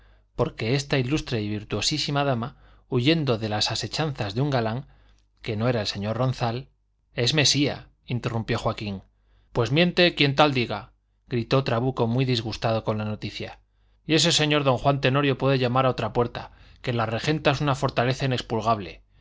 porque esta ilustre y virtuosísima dama huyendo de las asechanzas de un galán que no era el señor ronzal es mesía interrumpió joaquín pues miente quien tal diga gritó trabuco muy disgustado con la noticia y ese señor don juan tenorio puede llamar a otra puerta que la regenta es una fortaleza inexpugnable y